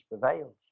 prevails